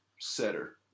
setter